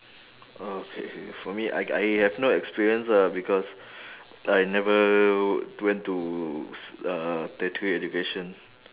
okay K for me I I have no experience ah because I never went to uh tertiary education